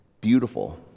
beautiful